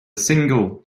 single